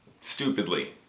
Stupidly